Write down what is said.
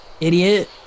idiot